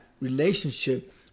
relationship